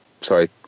sorry